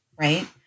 Right